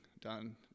done